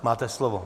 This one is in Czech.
Máte slovo.